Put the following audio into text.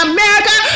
America